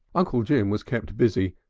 uncle jim was kept busy,